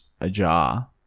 ajar